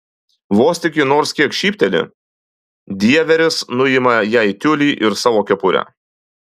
vos tik ji nors kiek šypteli dieveris nuima jai tiulį ir savo kepurę